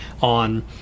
on